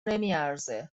نمیارزه